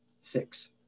six